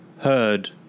Heard